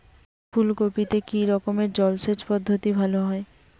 ফুলকপিতে কি রকমের জলসেচ পদ্ধতি ভালো হয়?